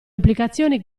implicazioni